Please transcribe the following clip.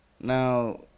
Now